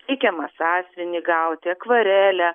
reikiamą sąsiuvinį gauti akvarelę